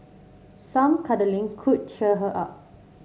some cuddling could cheer her up